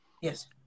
Yes